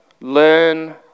learn